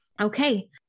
Okay